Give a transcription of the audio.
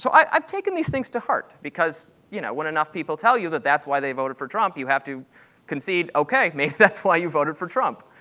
so i've taken these things to heart because you know when enough people tell you that that's why they voted for trump, you have to concede, okay, maybe that's why you voted for trump.